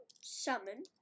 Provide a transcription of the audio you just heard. summon